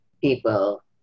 people